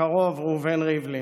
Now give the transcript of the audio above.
הקרוב ראובן ריבלין,